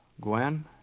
Gwen